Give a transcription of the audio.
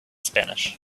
spanish